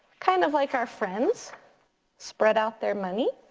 kind of like our friends spread out their money